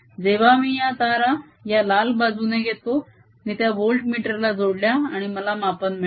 जेव्हा मी या तारा या लाल बाजूने घेतो मी त्या वोल्ट मीटर ला जोडल्या आणि मला मापन मिळाले